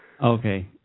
Okay